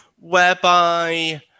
whereby